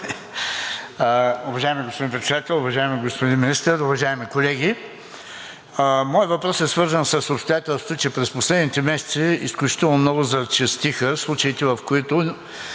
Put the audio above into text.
Уважаеми господин Председател, уважаеми господин Министър, уважаеми колеги! Моят въпрос е свързан с обстоятелството, че през последните месеци изключително много зачестиха случаите, в които